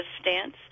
stance